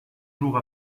jours